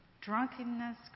drunkenness